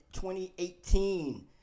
2018